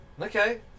Okay